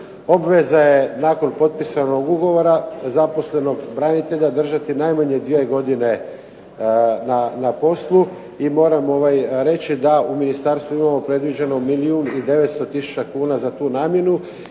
Obveza je nakon potpisanog ugovora zaposlenog branitelja držati najmanje dvije godine na poslu i moram reći da u ministarstvu imamo predviđeno milijun i 900 tisuća kuna za tu namjenu.